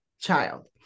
child